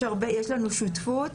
יש לנו שותפות.